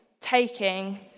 taking